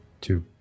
Two